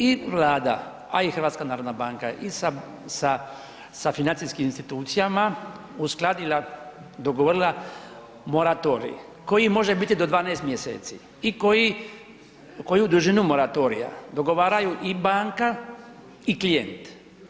I Vlada, a i HNB i sa, sa, sa financijskim institucijama uskladila, dogovorila moratorij koji može biti do 12 mjeseci i koji, koju dužinu moratorija, dogovaraju i banka i klijent.